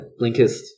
Blinkist